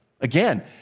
Again